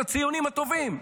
של הציונים הטובים.